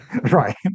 Right